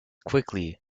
quickly